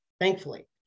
thankfully